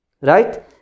Right